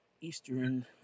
eastern